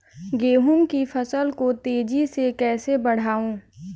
गेहूँ की फसल को तेजी से कैसे बढ़ाऊँ?